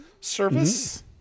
service